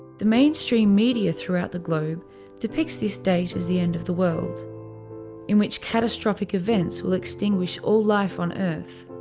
the mainstream media throughout the globe depicts this date as the end of the world in which catastrophic events will extinguish all life on earth.